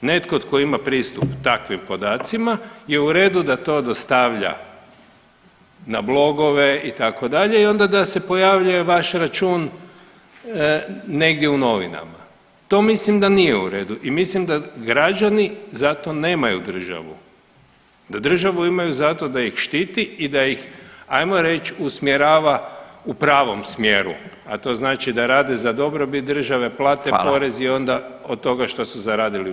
netko tko ima pristup takvim podacima je u redu da to dostavlja na blogove itd. i onda da se pojavljuje vaš račun negdje u novinama, to mislim da nije u redu i mislim da građani zato nemaju državu, da državu imaju zato da ih štiti i da ih ajmo reć usmjerava u pravom smjeru, a to znači da rade za dobrobit države, plate porez i onda od toga što su zaradili uživaju.